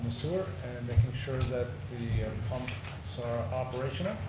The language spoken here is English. sewer, and making sure that the ah and pumps so are operational.